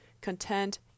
content